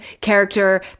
character